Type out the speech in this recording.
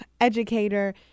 educator